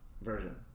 version